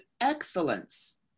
excellence